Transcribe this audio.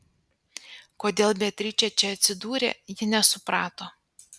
kodėl beatričė čia atsidūrė ji nesuprato